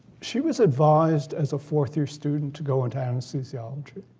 she was advised, as a fourth year student, to go into anesthesiology.